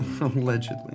Allegedly